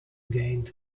gained